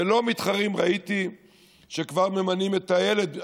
ולא מתחרים, ראיתי שכבר ממנים את איילת ליורשת.